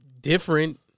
different